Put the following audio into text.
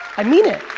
i mean it.